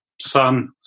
son